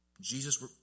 Jesus